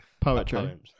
Poetry